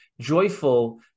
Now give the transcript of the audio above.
joyful